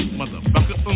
motherfucker